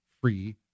free